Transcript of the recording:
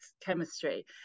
chemistry